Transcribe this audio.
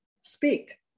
speak